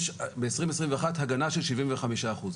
ב-2021 יש הגנה של שבעים וחמישה אחוז.